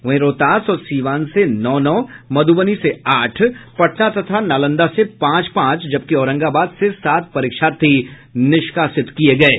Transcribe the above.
वहीं रोहतास और सीवान से नौ नौ मधुबनी से आठ पटना तथा नालंदा से पांच पांच जबकि औरंगाबाद से सात परीक्षार्थी निष्कासित किये गये हैं